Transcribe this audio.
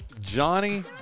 Johnny